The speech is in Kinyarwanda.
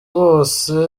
bose